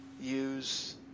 use